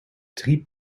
drie